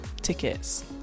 tickets